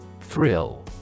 Thrill